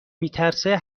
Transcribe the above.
میترسه